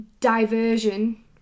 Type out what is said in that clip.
diversion